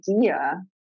idea